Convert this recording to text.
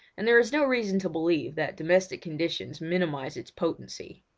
and there is no reason to believe that domestic conditions minimise its potency.